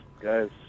guys